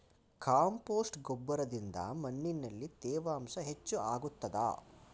Compost ಗೊಬ್ಬರದಿಂದ ಮಣ್ಣಿನಲ್ಲಿ ತೇವಾಂಶ ಹೆಚ್ಚು ಆಗುತ್ತದಾ?